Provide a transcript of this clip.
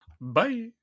Bye